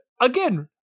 again